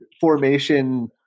formation